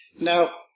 Now